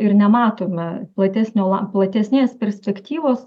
ir nematome platesnio la platesnės perspektyvos